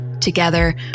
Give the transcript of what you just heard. Together